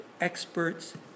experts